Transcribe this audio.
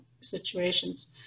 situations